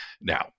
Now